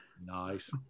Nice